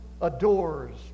adores